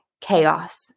chaos